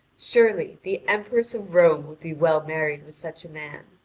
surely, the empress of rome would be well married with such a man.